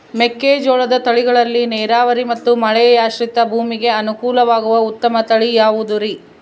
ಮೆಕ್ಕೆಜೋಳದ ತಳಿಗಳಲ್ಲಿ ನೇರಾವರಿ ಮತ್ತು ಮಳೆಯಾಶ್ರಿತ ಭೂಮಿಗೆ ಅನುಕೂಲವಾಗುವ ಉತ್ತಮ ತಳಿ ಯಾವುದುರಿ?